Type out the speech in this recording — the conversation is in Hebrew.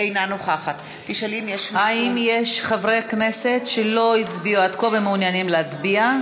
אינה נוכח האם יש חברי כנסת שלא הצביעו עד כה ומעוניינים להצביע?